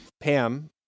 Pam